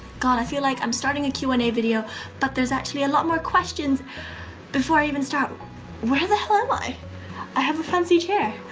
god i feel like i'm starting a q and a video but there's actually a lot more questions before i even start where the hell am i? i have a fancy chair.